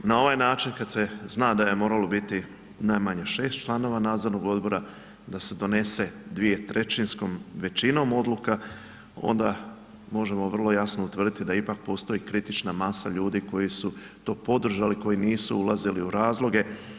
Na ovaj način kad se zna da je moralo biti najmanje 6 članova nadzornog odbora da se donese 2/3 većinom odluka onda možemo vrlo jasno utvrditi da ipak postoji kritična masa ljudi koji su to podržali koji nisu ulazili u razloge.